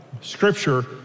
scripture